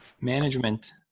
management